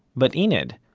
but enid,